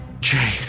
Jay